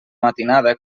matinada